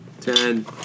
Ten